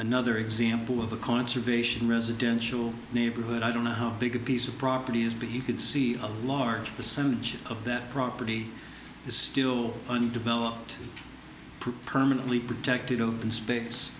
another example of a conservation residential neighborhood i don't know how big a piece of property is but you can see a large percentage of that property is still undeveloped permanently protected open space